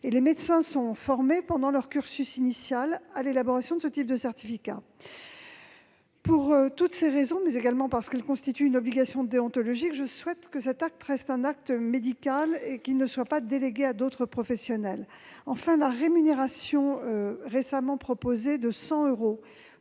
Les médecins sont formés pendant leur cursus initial à l'élaboration de ce type de certificats. Pour toutes ces raisons, mais également parce qu'il s'agit d'une obligation déontologique, je souhaite que l'établissement de ces certificats reste un acte médical et qu'il ne soit pas délégué à d'autres professionnels. Enfin, la rémunération de 100 euros